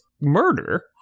murder